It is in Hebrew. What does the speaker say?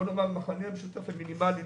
לפי המכנה המשותף המינימאלי,